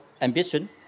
ambition